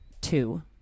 two